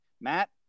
Matt